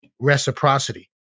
reciprocity